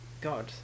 God